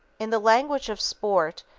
in the language of sport,